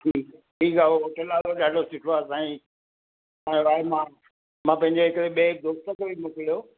ठीकु आहे ठीकु आहे ओ होटल वारे ॾाढो सुठो आहे साईं मां मां पंहिंजे हिकिड़े ॿिए दोस्त खे बि मोकिलियो